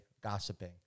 gossiping